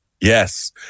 Yes